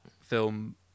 film